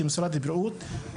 כמשרד הבריאות,